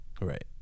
Right